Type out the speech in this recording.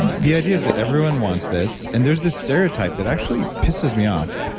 the idea is that everyone wants this and there's this stereotype that actually pisses me off,